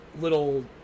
Little